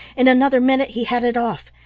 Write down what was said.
in another minute he had it off,